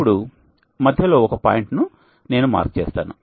ఇప్పుడు మధ్యలో ఒక పాయింట్ ను నేను మార్క్ చేస్తాను